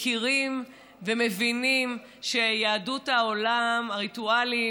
מכירים ומבינים שביהדות העולם הריטואלים,